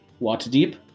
Waterdeep